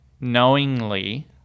knowingly